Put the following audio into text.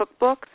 cookbooks